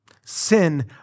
Sin